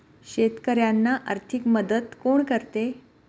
शेतकऱ्यांना आर्थिक मदत कोण करते?